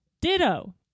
Ditto